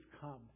come